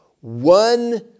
one